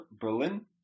Berlin